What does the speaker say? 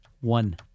one